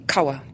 Kawa